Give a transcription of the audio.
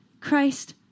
Christ